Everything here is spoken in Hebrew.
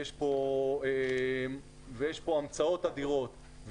יש כאן המצאות אדירות,